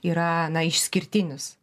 yra na išskirtinis